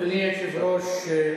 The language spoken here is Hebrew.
אדוני היושב-ראש,